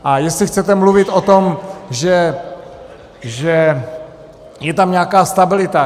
A jestli chcete mluvit o tom, že je tam nějaká stabilita.